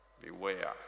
Beware